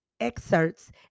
excerpts